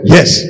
Yes